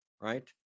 right